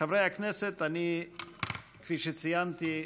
חברי הכנסת, כפי שציינתי,